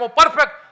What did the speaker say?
perfect